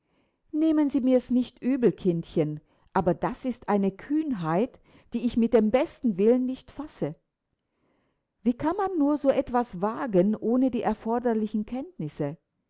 nehmen sie mir's nicht übel kindchen aber das ist eine kühnheit die ich mit dem besten willen nicht fasse wie kann man nur so etwas wagen ohne die erforderlichen kenntnisse